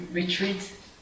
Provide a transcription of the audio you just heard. retreat